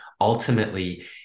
ultimately